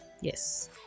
yes